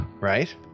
right